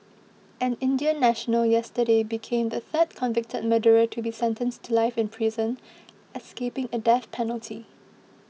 an Indian national yesterday became the third convicted murderer to be sentenced to life in prison escaping a death penalty